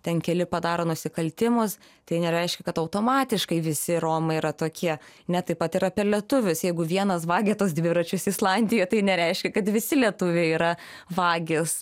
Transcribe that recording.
ten keli padaro nusikaltimus tai nereiškia kad automatiškai visi romai yra tokie net taip pat ir apie lietuvius jeigu vienas vagia tuos dviračius islandijoj tai nereiškia kad visi lietuviai yra vagys